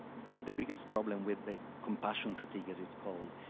the the biggest problem with the compassion fatigue, as it's called,